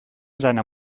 seiner